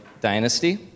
Dynasty